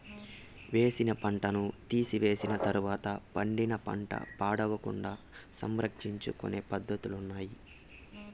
వేసిన పంటను తీసివేసిన తర్వాత పండిన పంట పాడవకుండా సంరక్షించుకొనే పద్ధతులున్నాయి